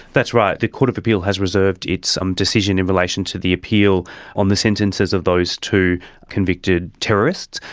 that's right, the court of appeal has reserved its um decision in relation to the appeal on the sentences of those two convicted terrorists.